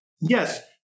yes